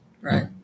right